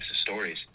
stories